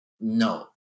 no